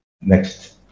next